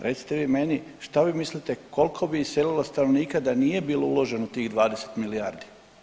Recite vi meni, šta vi mislite, koliko bi se iselilo stanovnika da nije bilo uloženo tih 20 milijardi?